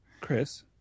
chris